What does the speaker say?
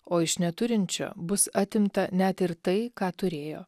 o iš neturinčio bus atimta net ir tai ką turėjo